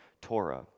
Torah